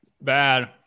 Bad